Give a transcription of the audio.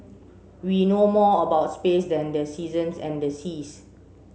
we know more about space than the seasons and the seas